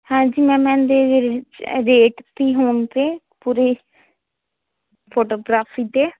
ਹਾਂਜੀ ਮੈਮ ਇਨਦੇ ਰੇਟ ਕੀ ਹੋਣਗੇ ਪੂਰੀ ਫੋਟੋਗ੍ਰਾਫੀ ਦੇ